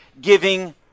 giving